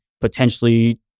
potentially